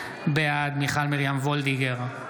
בעד מיכל מרים וולדיגר,